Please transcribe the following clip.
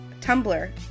Tumblr